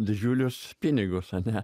didžiulius pinigus ane